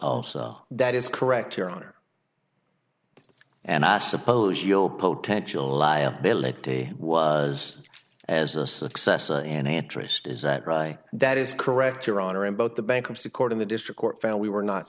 sale that is correct your honor and i suppose you'll potential liability was as a success and interest is that right that is correct your honor in both the bankruptcy court in the district court found we were not